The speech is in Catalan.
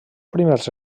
primers